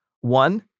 One